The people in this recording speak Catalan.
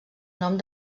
nom